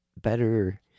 better